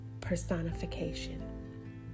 Personification